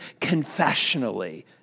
confessionally